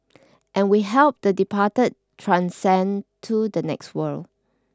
and we help the departed transcend to the next world